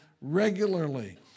regularly